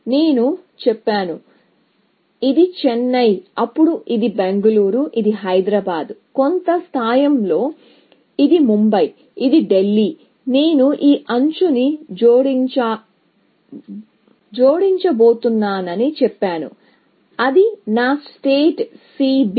నేను చెప్పాను కాబట్టి ఇది చెన్నై అప్పుడు ఇది బెంగళూరు ఇది హైదరాబాద్ కొంత స్థాయిలో ఇది ముంబై ఇది ఢీల్లీ నేను ఈ ఎడ్జ్ ని జోడించబోతున్నానని చెప్పాను అది నా సెట్ C B